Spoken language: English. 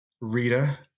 Rita